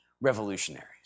revolutionaries